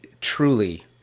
truly